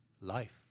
life